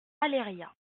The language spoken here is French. aléria